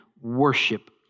Worship